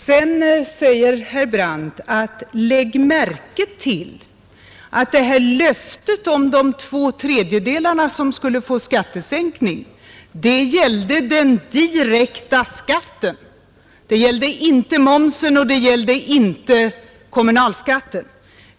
Vidare säger herr Brandt: Lägg märke till att det här löftet om de två tredjedelarna som skulle få skattesänkning gällde den direkta skatten — det gällde inte momsen och det gällde inte kommunalskatten.